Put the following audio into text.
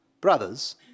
Brothers